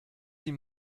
sie